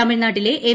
തമിഴ്നാട്ടിലെ എം